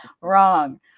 Wrong